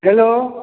hello